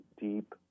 deep